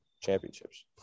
championships